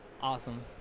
Awesome